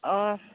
अ